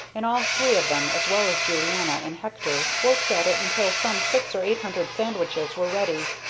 and all three of them, as well as julianna and hector worked at it until some six or eight hundred sandwiches were ready,